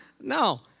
No